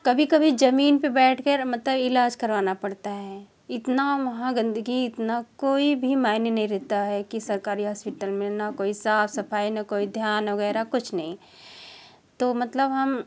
कभी कभी जमीन पर बैठकर मतलब इलाज करवाना पड़ता है इतना वहाँ गंदगी इतना कोई भी मायने नहीं रहता है कि सरकारी हॉस्पिटल में ना कोई साफ सफाई ना कोई ध्यान वगैरह कुछ नहीं तो मतलब हम